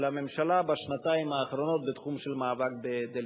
הממשלה בשנתיים האחרונות בתחום של המאבק בדה-לגיטימציה.